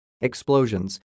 explosions